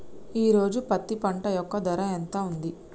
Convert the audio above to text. ఈ రోజు పత్తి పంట యొక్క ధర ఎంత ఉంది?